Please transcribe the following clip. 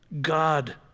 God